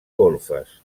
golfes